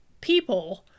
people